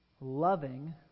loving